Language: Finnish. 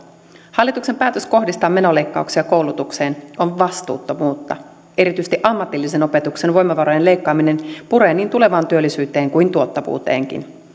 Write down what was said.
hallituksen päätös kohdistaa menoleikkauksia koulutukseen on vastuuttomuutta erityisesti ammatillisen opetuksen voimavarojen leikkaaminen puree niin tulevaan työllisyyteen kuin tuottavuuteenkin